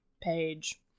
page